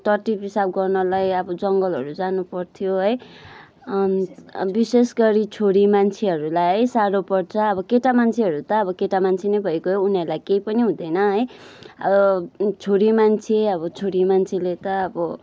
टट्टी पिसाब गर्नलाई अब जङ्गलहरू जानु पर्थ्यो है विशेष गरी छोरी मान्छेहरूलाई है साह्रो पर्छ अब केटा मान्छेहरू त अब केटा मान्छे नै भइगयो उनीहरूलाई केही पनि हुँदैन है अब छोरी मान्छे अब छोरी मान्छेले त अब